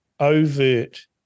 overt